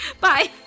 bye